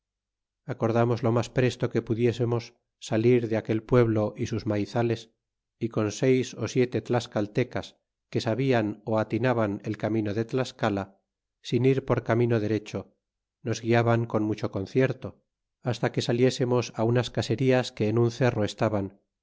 acordamos lo mas presto que pudiésemos salir de aquel pueblo y sus maizales y con seis ó siete tlascaltecas que sabían ú atinaban el camino de tlascala sin ir por camino derecho nos guiaban con mucho concierto hasta que saliésemos á unas caserías que en un cerro estaban